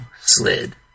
slid